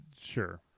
Sure